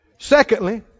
Secondly